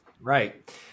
Right